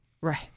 Right